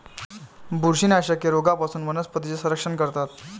बुरशीनाशके रोगांपासून वनस्पतींचे संरक्षण करतात